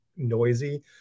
noisy